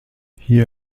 hier